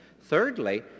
Thirdly